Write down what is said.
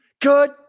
Good